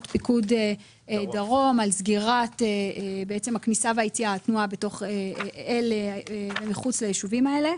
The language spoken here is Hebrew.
פיקוד דרום על סגירת התנועה מחוץ ליישובים האלה.